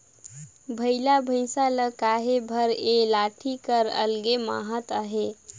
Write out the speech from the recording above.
बइला भइसा ल हाके बर ए लाठी कर अलगे महत अहे